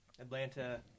Atlanta